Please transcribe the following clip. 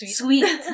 sweet